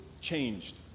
changed